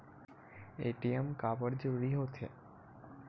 ATM काबर जरूरी हो थे?